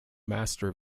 master